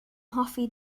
hoffi